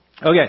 Okay